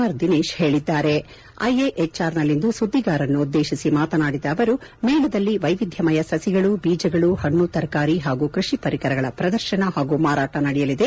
R Dinesh ಹೇಳಿದ್ದಾರೆ ಐಐಹೆಚ್ಆರ್ನಲ್ಲಿಂದು ಸುದ್ದಿಗಾರರನ್ನುದ್ದೇತಿಸಿ ಮಾತನಾಡಿದ ಅವರು ಮೇಳದಲ್ಲಿ ವೈವಿಧ್ಯಮಯ ಸಸಿಗಳು ಬೀಜಗಳು ಪಣ್ಣು ತರಕಾರಿ ಹಾಗೂ ಕೃಷಿ ಪರಿಕರಗಳ ಪ್ರದರ್ಶನ ಹಾಗೂ ಮಾರಾಟ ನಡೆಯಲಿದೆ